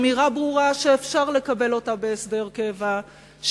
אמירה ברורה שאפשר לקבל אותה בהסדר קבע,